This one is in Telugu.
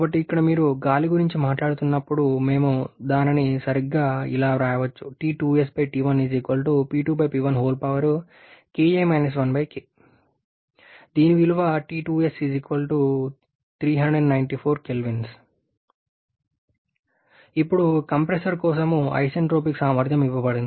కాబట్టి ఇక్కడ మీరు గాలి గురించి మాట్లాడుతున్నప్పుడు మేము దానిని సరిగ్గా ఇలా వ్రాయాలి దీని విలువ ఇప్పుడు కంప్రెసర్ కోసం ఐసెంట్రోపిక్ సామర్థ్యం ఇవ్వబడింది